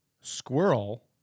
Squirrel